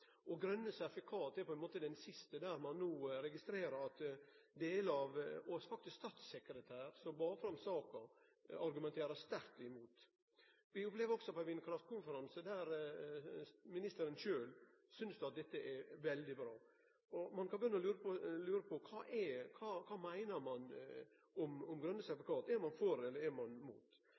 den siste der ein no registrerer at statssekretæren som bar fram saka, no faktisk argumenterer sterkt imot. Vi opplever òg på ein vindkraftkonferanse at ministeren sjølv synest at dette er veldig bra. Vi kan då lure på: Kva meiner ein om grøne sertifikat? Er ein for, eller er ein